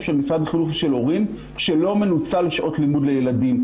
של משרד החינוך ושל הורים שלא מנוצל לשעות לימוד לילדים,